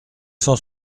cent